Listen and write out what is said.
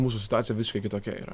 mūsų situacija visai kitokia yra